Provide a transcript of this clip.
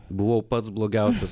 buvau pats blogiausias